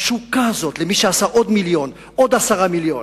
התשוקה הזאת, למי שעשה עוד מיליון, עוד 10 מיליון,